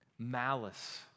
Malice